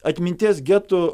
atminties getų